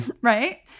Right